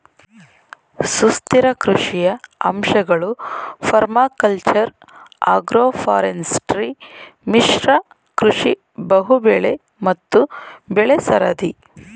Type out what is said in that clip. ಸುಸ್ಥಿರ ಕೃಷಿಯ ಅಂಶಗಳು ಪರ್ಮಾಕಲ್ಚರ್ ಅಗ್ರೋಫಾರೆಸ್ಟ್ರಿ ಮಿಶ್ರ ಕೃಷಿ ಬಹುಬೆಳೆ ಮತ್ತು ಬೆಳೆಸರದಿ